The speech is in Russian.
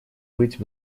быть